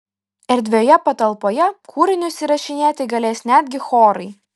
erdvioje patalpoje kūrinius įrašinėti galės netgi chorai